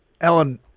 Ellen